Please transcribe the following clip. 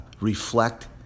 reflect